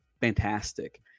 fantastic